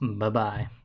Bye-bye